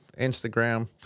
Instagram